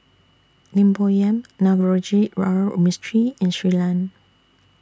Lim Bo Yam Navroji Mistri and Shui Lan